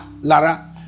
Lara